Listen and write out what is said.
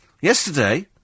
Yesterday